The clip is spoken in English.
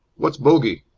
what's bogey?